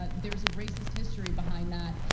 but there's a racist history behind that.